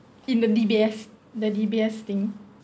in the D_B_S the D_B_S thing